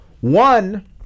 One